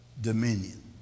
dominion